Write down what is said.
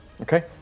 Okay